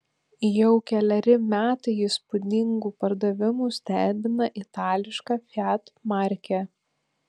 jau keleri metai įspūdingu pardavimu stebina itališka fiat markė